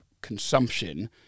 consumption